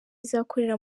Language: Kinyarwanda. izakorera